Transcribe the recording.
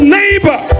neighbor